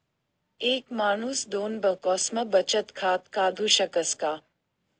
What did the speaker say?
एक माणूस दोन बँकास्मा बचत खातं काढु शकस का?